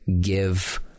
give